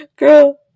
Girl